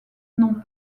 n’ont